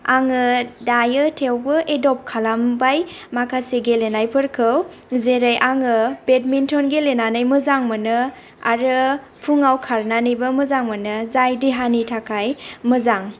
आङो दायो थेउबो एदप्ट खालामबाय माखासे गेलेनाय फोरखौ जेरै आङो बेदमिनटन गेलेनानै मोजां मोनो आरो फुंआव खारनानैबो मोजां मोनो जाय देहानि थाखाय मोजां